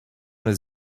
his